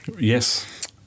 yes